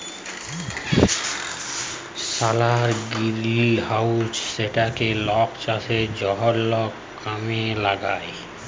সলার greenhouse যেইটা লক চাষের জনহ কামে লাগায়